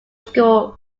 school